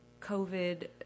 COVID